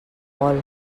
vol